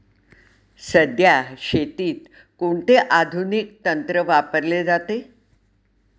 सध्या शेतीत कोणते आधुनिक तंत्र वापरले जाते?